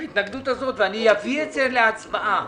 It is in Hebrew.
ואני אביא את זה להצבעה.